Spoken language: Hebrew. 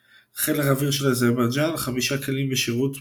– חיל האוויר של אזרבייג'ן – 5 כלים בשירות מבצעי.